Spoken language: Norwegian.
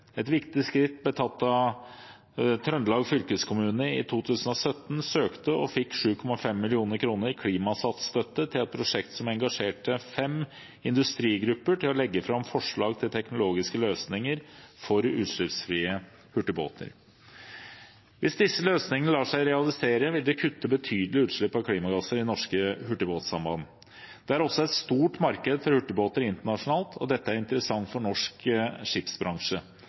Et viktig skritt ble tatt da Trøndelag fylkeskommune i 2017 søkte og fikk 7,5 mill. kr i Klimasats-støtte til et prosjekt som engasjerte fem industrigrupper til å legge fram forslag til teknologiske løsninger for utslippsfrie hurtigbåter. Hvis disse løsningene lar seg realisere, vil det kutte betydelige utslipp av klimagasser i norske hurtigbåtsamband. Det er også et stort marked for hurtigbåter internasjonalt, og dette er interessant for norsk skipsbransje.